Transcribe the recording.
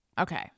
Okay